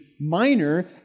minor